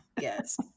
yes